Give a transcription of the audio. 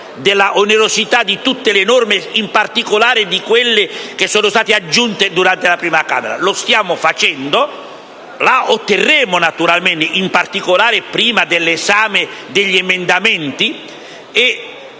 della onerosità di tutte le norme, in particolare di quelle che sono state aggiunte durante l'esame presso la prima Camera. Lo stiamo facendo e la otterremo, naturalmente, in particolare prima dell'esame degli emendamenti